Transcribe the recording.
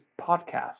podcast